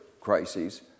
crises